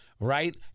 Right